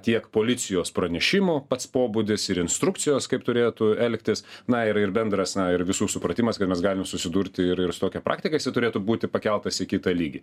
tiek policijos pranešimų pats pobūdis ir instrukcijos kaip turėtų elgtis na ir ir bendras na ir visų supratimas kad mes galim susidurti ir ir su tokia praktika jisai turėtų būti pakeltas į kitą lygį